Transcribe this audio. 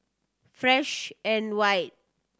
Fresh and White